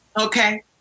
okay